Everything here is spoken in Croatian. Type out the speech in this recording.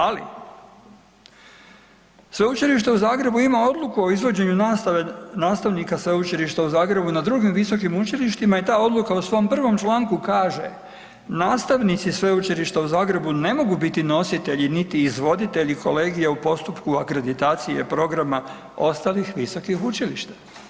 Ali Sveučilište u Zagrebu ima odluku o izvođenju nastave, nastavnika Sveučilišta u Zagrebu na drugim visokim učilištima i ta odluka u svom prvom članku kaže, nastavnici Sveučilišta u Zagrebu ne mogu biti nositelji niti izvoditelji kolegija u postupku akreditacije programa ostalih visokih učilišta.